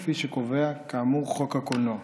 כפי שקובע כאמור חוק הקולנוע.